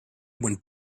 when